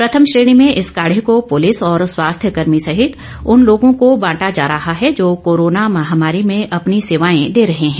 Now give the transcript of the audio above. प्रथम श्रेणी में इस काढ़े को पुलिस और स्वास्थ्य कर्मी सहित उन लोगों को बांटा जा रहा है जो कोरोना महामारी में अपनी सेवाएं दे रहे हैं